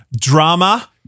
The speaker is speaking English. drama